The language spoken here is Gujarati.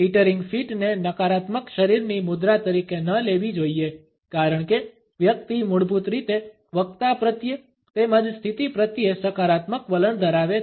ટીટરિંગ ફીટને નકારાત્મક શરીરની મુદ્રા તરીકે ન લેવી જોઈએ કારણ કે વ્યક્તિ મૂળભૂત રીતે વક્તા પ્રત્યે તેમજ સ્થિતિ પ્રત્યે સકારાત્મક વલણ ધરાવે છે